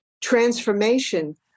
transformation